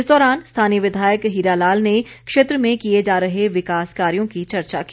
इस दौरान स्थानीय विधायक हीरालाल ने क्षेत्र में किए जा रहे विकास कार्यो की चर्चा की